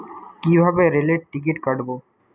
কিভাবে রেলের টিকিট কাটব?